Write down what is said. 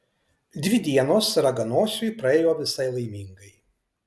dvi dienos raganosiui praėjo visai laimingai